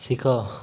ଶିଖ